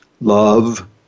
love